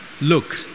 Look